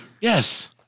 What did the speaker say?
Yes